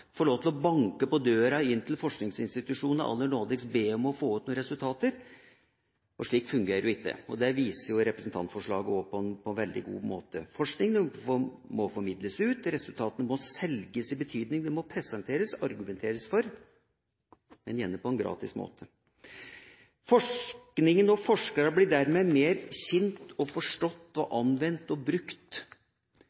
få lov til å banke på døra til forskningsinstitusjonene og aller nådigst be om å få ut noen resultater. Slikt fungerer jo ikke, og det viser representantforslaget på en veldig god måte. Forskning må formidles ut, resultatene må selges i betydningen presenteres, argumenteres for – gjerne gratis. Forskninga og forskerne blir dermed mer kjent og forstått og